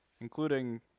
including